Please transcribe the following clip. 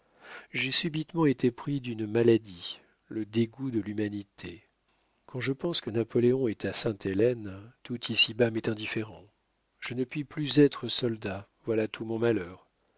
subitement été pris d'une maladie le dégoût de l'humanité quand je pense que napoléon est à sainte-hélène tout ici-bas m'est indifférent je ne puis plus être soldat voilà tout mon malheur